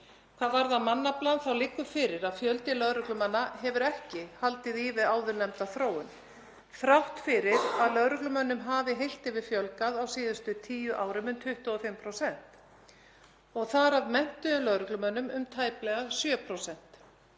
Hvað varðar mannafla liggur fyrir að fjöldi lögreglumanna hefur ekki haldið í við áðurnefnda þróun þrátt fyrir að lögreglumönnum hafi heilt yfir fjölgað á síðustu tíu árum um 25% og þar af menntuðum lögreglumönnum um tæplega 7%.